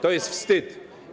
To jest wstyd.